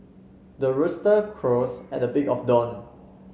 the rooster crows at the big of dawn